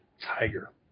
tiger